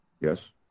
Yes